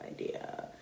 idea